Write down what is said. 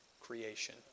creation